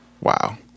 wow